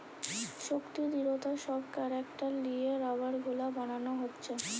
শক্তি, দৃঢ়তা সব ক্যারেক্টার লিয়ে রাবার গুলা বানানা হচ্ছে